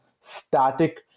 static